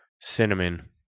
cinnamon